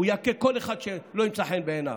הוא יכה כל אחד שלא ימצא חן בעיניו.